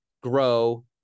grow